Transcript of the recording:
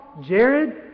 Jared